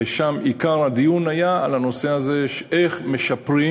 ושם עיקר הדיון היה על שני דברים: איך משפרים